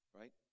right